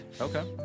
Okay